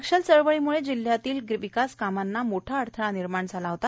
नक्षल चळवळीमुळे जिल्हयातील विकास कामांना फार मोठा अडथळा निर्माण झाला होता